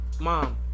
Mom